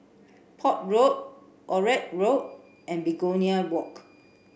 Port Road Onraet Road and Begonia Walk